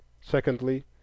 Secondly